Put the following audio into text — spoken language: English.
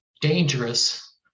dangerous